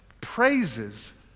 praises